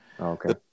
Okay